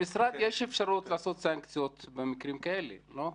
למשרד יש אפשרות להטיל סנקציות במקרים כאלה, לא?